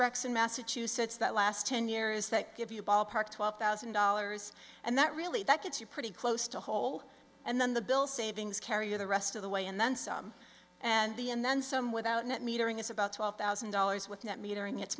rex in massachusetts that last ten years that give you a ballpark twelve thousand dollars and that really that gets you pretty close to whole and then the bill savings kariya the rest of the way and then some and the and then some without net metering is about twelve thousand dollars with net metering it's